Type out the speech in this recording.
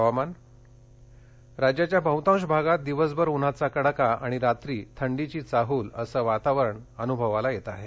हवामान् राज्याच्या बहताश भागात दिवसभर उन्हाचा कडाका आणि रात्री थंडीची चाहल असं वातावरण अन्भवाला येत आहे